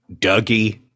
Dougie